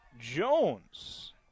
Jones